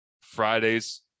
Fridays